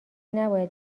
نباید